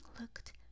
looked